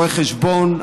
רואה חשבון,